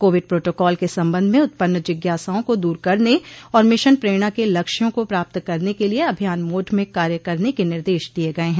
Covid protocol के संबंध में उत्पन्न जिज्ञासाओं को दूर करने और मिशन प्रेरणा के लक्ष्यों को प्राप्त करने के लिये अभियान मोड में कार्य करने के निर्देश दिये गये हैं